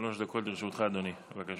שלוש דקות לרשותך, אדוני,